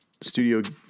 Studio